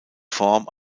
form